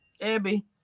Abby